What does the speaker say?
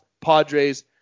Padres